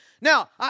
Now